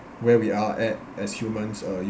where we are at as humans are